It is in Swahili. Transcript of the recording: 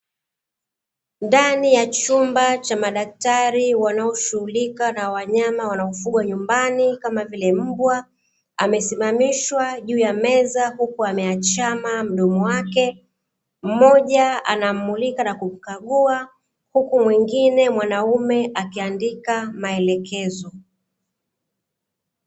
Ndani ya chumba cha madaktari wanaoshughulika na wanyama wanaofugwa nyumbani kama vile mmbwa amesimamishwa juu ya meza huku ameachama mdomo wake, mmoja anamulika na kumkagua huku mwingine mwanaume akiandika maelekezo.